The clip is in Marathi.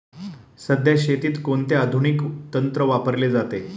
सध्या शेतीत कोणते आधुनिक तंत्र वापरले जाते?